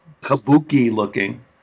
Kabuki-looking